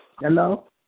Hello